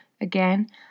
Again